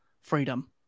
freedom